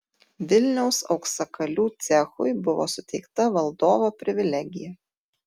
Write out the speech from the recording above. vilniaus auksakalių cechui buvo suteikta valdovo privilegija